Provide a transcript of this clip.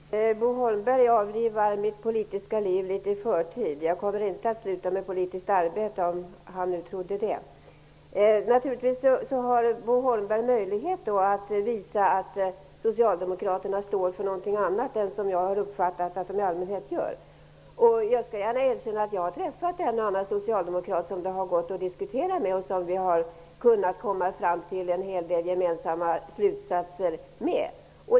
Herr talman! Bo Holmberg gör slut på mitt politiska liv litet i förtid. Jag kommer nämligen inte att sluta med politiskt arbete. Naturligtvis har Bo Holmberg möjlighet att visa att socialdemokraterna står för något annat än det som jag uppfattat att de i allmänhet står för. Jag skall gärna erkänna att jag har träffat en och annan socialdemokrat som det varit möjligt att diskutera med. Vi har kunnat dra en hel del gemensamma slutsatser.